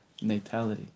natality